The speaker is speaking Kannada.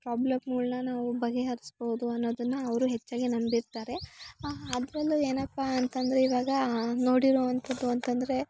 ಪ್ರಾಬ್ಲೆಮ್ಗಳ್ನ ನಾವು ಬಗೆಹರ್ಸಬೋದು ಅನ್ನೋದನ್ನ ಅವರು ಹೆಚ್ಚಾಗೆ ನಂಬಿರ್ತಾರೆ ಅದರಲ್ಲು ಏನಪ್ಪ ಅಂತಂದರೆ ಇವಾಗಾ ನೋಡಿರೋವಂಥದ್ದು ಅಂತಂದರೆ